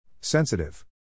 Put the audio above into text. Sensitive